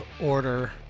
Order